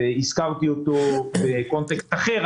והזכרתי אותו בקונטקסט אחר,